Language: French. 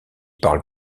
parle